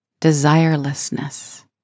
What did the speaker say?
desirelessness